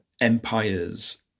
empires